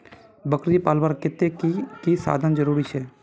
बकरी पलवार केते की की साधन जरूरी छे?